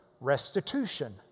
restitution